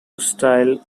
style